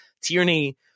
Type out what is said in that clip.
Tierney